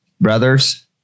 brothers